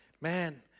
man